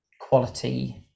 quality